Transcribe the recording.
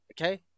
okay